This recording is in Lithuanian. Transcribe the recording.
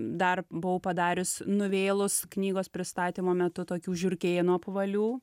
dar buvau padarius nuvėlus knygos pristatymo metu tokių žiurkėnų apvalių